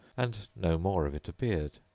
and no more of it appeared.